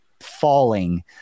falling